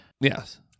Yes